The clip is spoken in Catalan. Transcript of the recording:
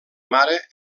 mare